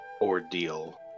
ordeal